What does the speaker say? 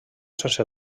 sense